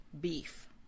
beef